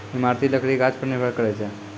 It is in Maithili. इमारती लकड़ी गाछ पर निर्भर करै छै